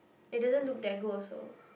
it doesn't look that good also